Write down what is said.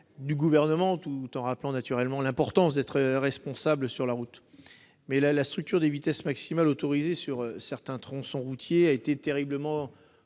du Gouvernement, tout en rappelant, naturellement, l'importance de se comporter de manière responsable sur la route. La structure des vitesses maximales autorisées sur certains tronçons routiers a été terriblement